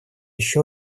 еще